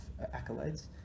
accolades